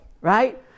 Right